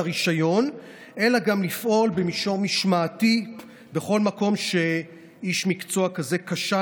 הרישיון אלא גם לפעול במישור משמעתי בכל מקום שאיש מקצוע כזה כשל